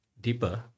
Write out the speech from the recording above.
deeper